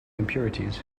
impurities